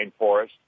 rainforest